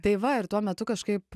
tai va ir tuo metu kažkaip